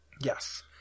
Yes